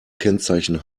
kennzeichen